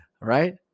Right